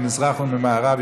ממזרח וממערב,